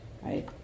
right